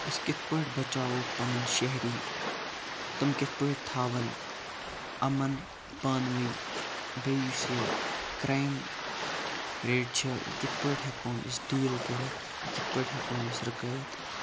أسۍ کِتھ پٲٹھۍ بَچاوہوکھ پَنٕنۍ شیہری تِم کِتھ پٲٹھۍ تھاون یِمن پانہٕ ؤنۍ بیٚیہِ یُس یہٕ کرٛایِم ریٹ چھِ یہٕ کِتھ پٲٹھۍ ہیٚکہٕ ہون أسۍ ڈیٖل کٔرِتھ یہٕ کِتھ پٲٹھۍ ہیٚکہٕ ہون أسۍ رُکٲیِتھ